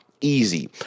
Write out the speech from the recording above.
easy